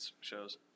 shows